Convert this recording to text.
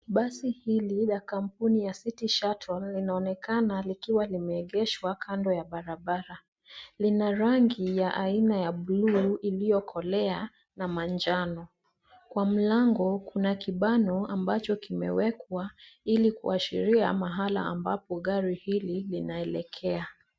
Basi hili la kampuni ya City Shuttle, linaonekana likiwa limeegeshwa kando ya barabara. Lina rangi ya aina ya bluu iliyokolea, na manjano. Kwa mlango kuna kibano ambacho kimewekwa, ili kuashiria mahala ambapo gari hili linaelekea.